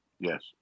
Yes